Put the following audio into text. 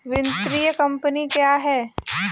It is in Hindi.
वित्तीय कम्पनी क्या है?